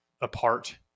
apart